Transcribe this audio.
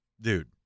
Dude